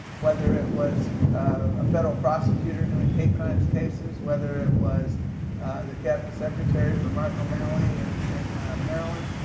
whether it was um a federal prosecutor, doing hate crimes cases, whether it was the cabinet secretary for martin o'malley and in maryland,